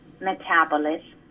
metabolism